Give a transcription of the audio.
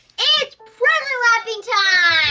it's present wrapping time!